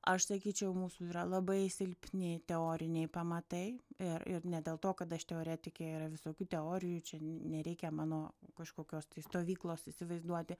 aš sakyčiau mūsų yra labai silpni teoriniai pamatai ir ir ne dėl to kad aš teoretikė yra visokių teorijų čia n nereikia mano kažkokios stovyklos įsivaizduoti